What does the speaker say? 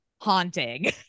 Haunting